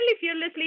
fearlessly